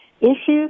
issues